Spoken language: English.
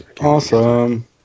awesome